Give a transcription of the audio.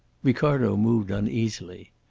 ricardo moved uneasily.